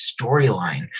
storyline